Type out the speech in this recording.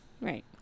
right